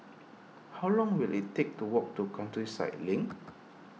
how long will it take to walk to Countryside Link